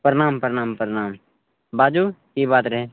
प्रणाम प्रणाम प्रणाम बाजू की बात रहय